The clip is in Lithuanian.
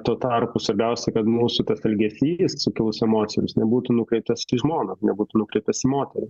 tuo tarpu svarbiausia kad mūsų tas elgesys sukilus emocijoms nebūtų nukreiptas į žmoną nebūtų nukreiptas į moterį